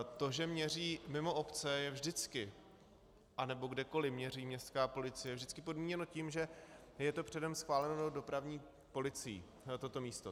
To, že měří mimo obce, je vždycky, nebo kdekoliv měří městská policie, podmíněno tím, že je to předem schváleno dopravní policií, toto místo.